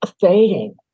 fading